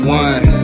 one